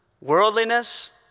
worldliness